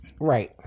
right